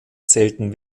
zählten